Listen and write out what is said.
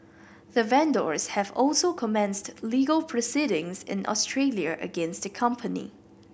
the vendors have also commenced legal proceedings in Australia against the company